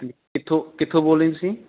ਕਿੱਥੋਂ ਕਿੱਥੋਂ ਬੋਲ ਰਹੇ ਤੁਸੀਂ